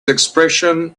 expression